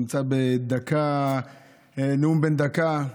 נמצא בנאום בן דקה,